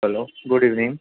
hello good evening